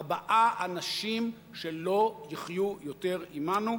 ארבעה אנשים שלא יחיו יותר עמנו,